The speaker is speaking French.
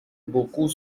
beaucoup